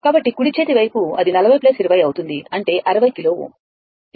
కాబట్టి కుడి చేతి వైపు అది 40 20 అవుతుంది అంటే 60 కిలోΩ